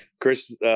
Chris